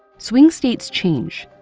swing states change.